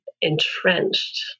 entrenched